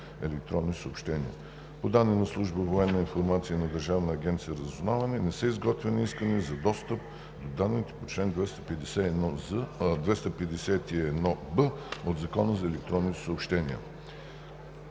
електронните съобщения. По данни на Служба „Военна информация“ и на Държавна агенция „Разузнаване“ не са изготвяни искания за достъп до данните по чл. 251б от Закона за електронните съобщения.